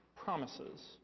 promises